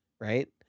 Right